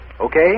Okay